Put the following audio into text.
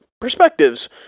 perspectives